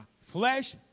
flesh